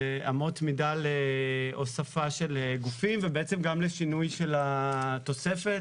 אמות מידה להוספה של גופים ובעצם גם לשינוי של התוספת,